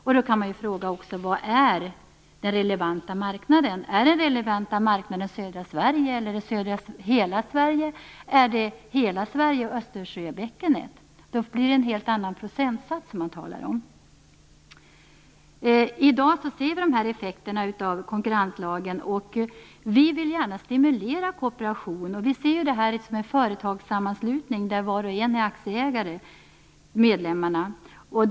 Man kan också fråga: Vad är den relevanta marknaden? Är den relevanta marknaden södra Sverige, hela Sverige eller hela Sverige och Östersjöbäckenet? Då blir det en helt annan procentsats som man talar om. I dag ser vi de här effekterna av konkurrenslagen. Vi vill gärna stimulera kooperation. Vi ser det här som en företagssammanslagning, där var och en av medlemmarna är aktieägare.